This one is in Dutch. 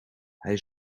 hij